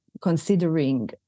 considering